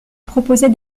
proposait